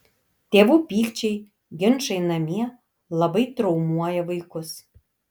tėvų pykčiai ginčai namie labai traumuoja vaikus